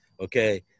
Okay